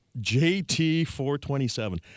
JT427